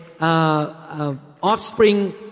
offspring